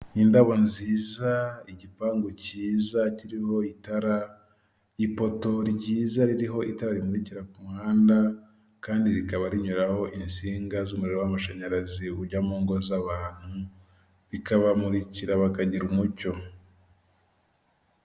Indabo nziza, igipangu kiza kiriho itara, ipoto ryiza ririho itara rimurikira umuhanda kandi rikaba rinyuraho insinga z'umuriro w'amashanyarazi ujya mu ngo z'abantu, rikabamurikira bakagira umucyo.